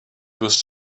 was